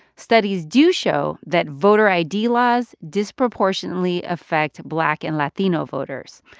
studies do show that voter id laws disproportionately affect black and latino voters.